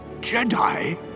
Jedi